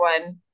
one